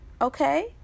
okay